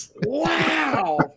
Wow